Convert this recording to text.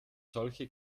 solche